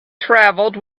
travelled